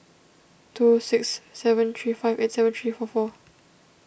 two six seven three five eight seven three four four